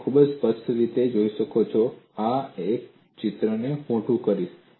તમે ખૂબ સ્પષ્ટ રીતે જોઈ શકો છો હું આ ચિત્રને મોટું કરીશ